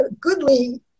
goodly